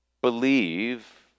believe